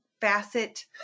facet